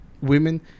women